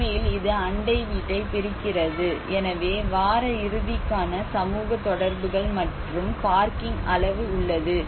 உண்மையில் இது அண்டை வீட்டைப் பிரிக்கிறது எனவே வார இறுதிக்கான சமூக தொடர்புகள் மற்றும் பார்க்கிங் அளவு உள்ளது